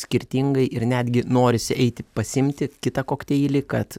skirtingai ir netgi norisi eiti pasiimti kitą kokteilį kad